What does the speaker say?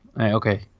Okay